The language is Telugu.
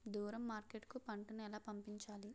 దూరం మార్కెట్ కు పంట ను ఎలా పంపించాలి?